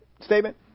statement